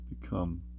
become